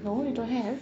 no you don't have